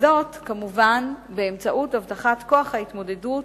וזאת כמובן באמצעות הבטחת כוח ההתמודדות